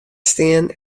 stean